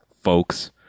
folks